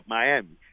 Miami